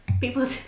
people